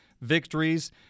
victories